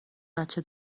بچه